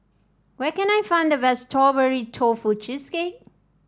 where can I find the best Strawberry Tofu Cheesecake